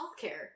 healthcare